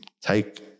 Take